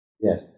Yes